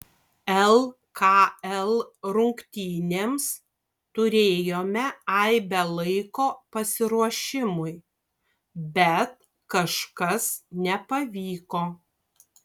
lkl rungtynėms turėjome aibę laiko pasiruošimui bet kažkas nepavyko